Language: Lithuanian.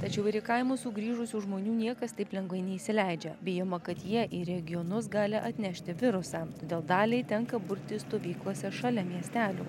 tačiau ir į kaimus sugrįžusių žmonių niekas taip lengvai neįsileidžia bijoma kad jie į regionus gali atnešti virusą todėl daliai tenka burtis stovyklose šalia miestelių